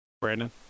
Brandon